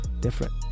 different